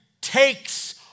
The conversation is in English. takes